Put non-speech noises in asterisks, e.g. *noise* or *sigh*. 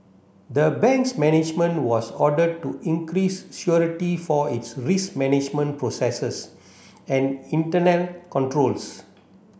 the bank's management was ordered to increase *unintelligible* for its risk management processes and internal controls